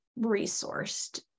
resourced